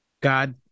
God